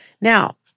Now